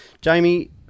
Jamie